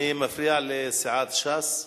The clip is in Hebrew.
אני מפריע לסיעת ש"ס?